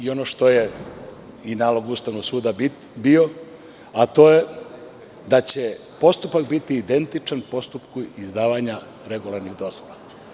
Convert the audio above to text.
Ono što je i nalog Ustavnog suda bio, a to je da će postupak biti identičan postupku izdavanja regularnih dozvola.